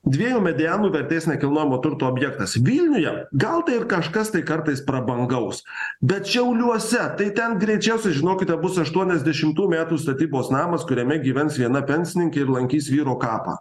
dviejų medianų vertės nekilnojamo turto objektas vilniuje gal tai ir kažkas tai kartais prabangaus bet šiauliuose tai ten greičiausiai žinokite bus aštuoniasdešimtų metų statybos namas kuriame gyvens viena pensininkė ir lankys vyro kapą